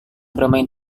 bermain